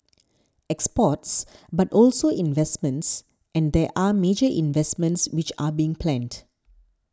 exports but also investments and there are major investments which are being planned